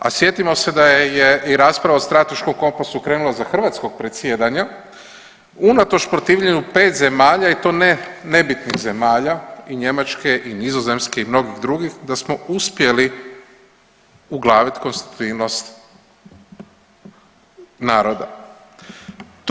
A sjetimo se da je i rasprava o strateškom kompasu krenula za hrvatskog predsjedanja, unatoč protivljenju pet zemalja i to ne nebitnih zemalja i Njemačke i Nizozemske i mnogih drugih, da smo uspjeli uglavit konstitutivnost naroda.